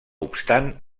obstant